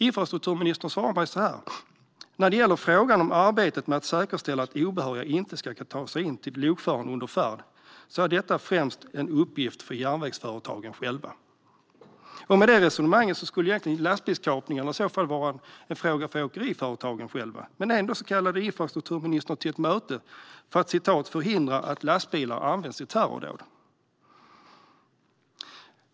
Infrastrukturministern svarade så här: "När det gäller frågan om arbete med att säkerställa att obehöriga inte ska kunna ta sig in till lokföraren under färd, så är detta främst en uppgift för järnvägsföretagen själva." Med det resonemanget skulle egentligen lastbilskapningarna vara en fråga för åkeriföretagen själva, men ändå kallade infrastrukturministern till ett möte för att "förhindra att lastbilar används i terrordåd".